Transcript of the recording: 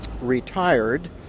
retired